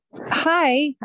Hi